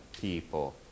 people